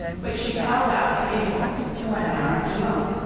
which she held out at intervals to madame ratignolle.